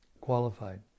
qualified